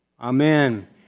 Amen